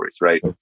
right